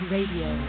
Radio